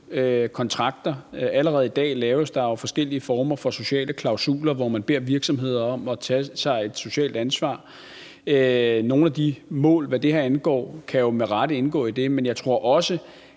kontrakter – allerede i dag laves der jo forskellige former for sociale klausuler, hvor man beder virksomheder om at påtage sig et socialt ansvar, og hvad det her angår, kan nogle af de mål jo med rette indgå i det. Men det gælder også,